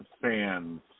fans